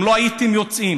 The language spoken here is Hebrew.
אם לא הייתם יוצאים